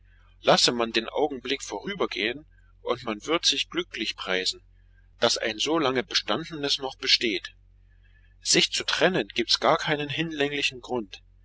lasse man den augenblick vorübergehen und man wird sich glücklich preisen daß ein so lange bestandenes noch besteht sich zu trennen gibts gar keinen hinlänglichen grund